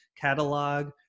catalog